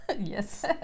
Yes